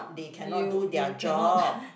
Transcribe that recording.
you you cannot